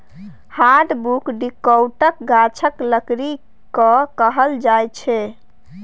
hardwood डिकौटक गाछक लकड़ी केँ कहल जाइ छै